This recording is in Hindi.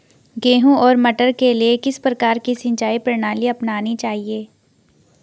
गेहूँ और मटर के लिए किस प्रकार की सिंचाई प्रणाली अपनानी चाहिये?